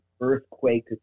earthquake